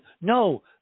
No